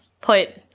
put